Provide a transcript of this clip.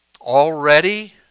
already